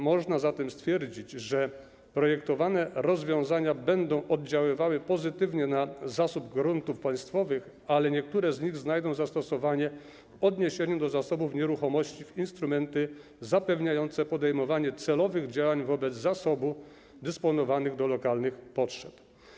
Można zatem stwierdzić, że projektowane rozwiązania będą oddziaływały pozytywnie na zasób gruntów państwowych, ale niektóre z nich znajdą zastosowanie w odniesieniu do zasobów nieruchomości dzięki instrumentom zapewniającym podejmowanie celowych działań wobec zasobu dostosowanych do lokalnych potrzeb.